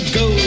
go